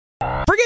Forget